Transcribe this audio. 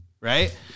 right